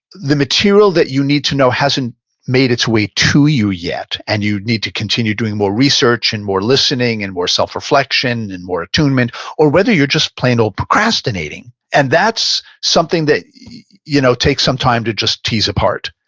the material that you need to know hasn't made its way to you yet and you need to continue doing more research and more listening and more self reflection and more attunement or whether you're just plain old procrastinating? and that's something that you know take some time to just tease apart.